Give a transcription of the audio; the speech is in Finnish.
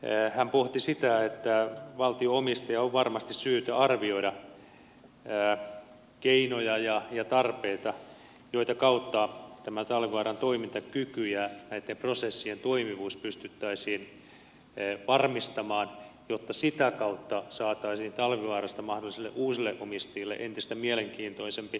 hän pohti sitä että valtio omistajan on varmasti syytä arvioida niitä keinoja ja tarpeita joiden kautta tämä talvivaaran toimintakyky ja näitten prosessien toimivuus pystyttäisiin varmistamaan jotta sitä kautta saataisiin talvivaarasta mahdollisille uusille omistajille entistä mielenkiintoisempi kohde